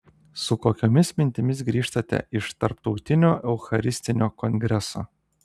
su kokiomis mintimis grįžtate iš tarptautinio eucharistinio kongreso